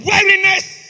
Weariness